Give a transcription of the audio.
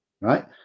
right